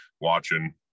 watching